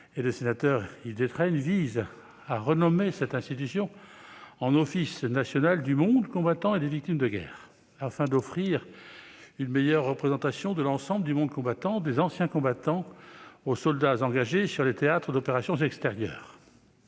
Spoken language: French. Guidez et Yves Détraigne, vise à renommer cette institution en « Office national du monde combattant et des victimes de guerre » afin d'offrir une meilleure représentation de l'ensemble du monde combattant, des anciens combattants aux soldats engagés sur les théâtres d'opérations extérieures.